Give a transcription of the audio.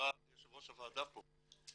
חברה יו"ר הוועדה פה,